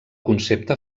concepte